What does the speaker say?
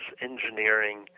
engineering